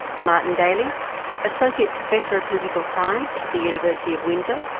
martin daly associate professor of political science at the university of windsor,